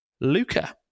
Luca